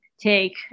take